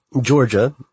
Georgia